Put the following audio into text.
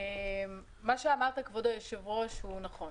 מה שאמרת, כבוד היושב-ראש, הוא נכון.